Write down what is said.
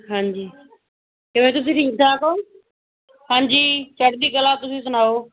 ਹਾਂਜੀ ਕਿਵੇਂ ਤੁਸੀਂ ਠੀਕ ਠਾਕ ਹੋ ਹਾਂਜੀ ਚੜ੍ਹਦੀ ਕਲਾ ਤੁਸੀਂ ਸੁਣਾਓ